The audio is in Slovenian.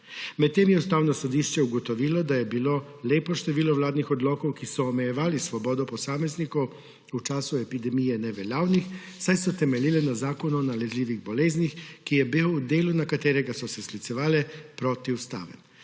Medtem je Ustavno sodišče ugotovilo, da je bilo lepo število vladnih odlokov, ki so omejevali svobodo posameznikov v času epidemije, neveljavnih, saj so temeljili na Zakonu o nalezljivih boleznih, ki je bil v delu, na katerega so se sklicevali, protiustaven.